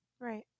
Right